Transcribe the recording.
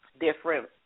different